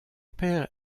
père